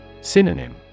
Synonym